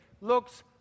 looks